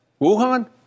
Wuhan